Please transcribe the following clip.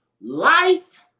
life